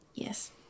Yes